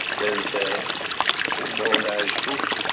there's an old irish book